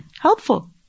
helpful